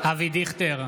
אבי דיכטר,